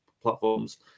platforms